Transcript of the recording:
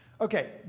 Okay